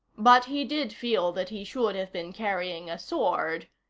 but he did feel that he should have been carrying a sword.